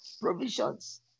provisions